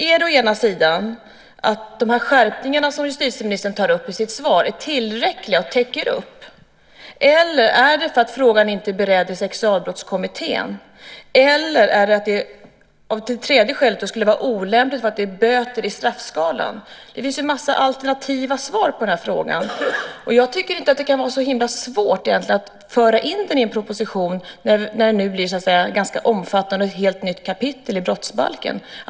Är det för att de här skärpningarna som justitieministern tar upp i sitt svar är tillräckliga och täcker upp? Eller är det för att frågan inte är beredd i Sexualbrottskommittén? Eller är det för att det skulle vara olämpligt för att det är böter i straffskalan? Det finns en massa alternativa svar på den här frågan. Jag tycker inte att det borde vara så himla svårt egentligen att föra in detta i en propositionen när det blir ett ganska omfattande och helt nytt kapitel i brottsbalken.